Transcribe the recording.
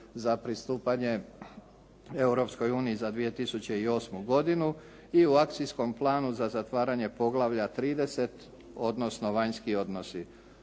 za pristupanje Europskoj uniji za 2008. godinu i u Akcijskom planu za zatvaranje poglavlja 30 – Vanjski odnosi.